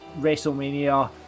WrestleMania